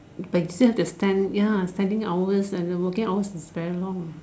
like still have to stand ya standing hours and the working hours is very long